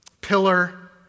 Pillar